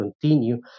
continue